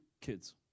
kids